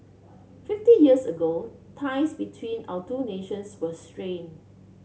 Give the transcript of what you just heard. fifty years ago ties between our two nations were strained